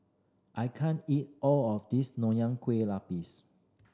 I can't eat all of this Nonya Kueh Lapis